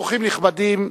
אורחים נכבדים,